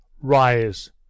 Rise